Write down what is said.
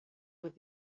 with